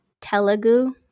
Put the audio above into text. Telugu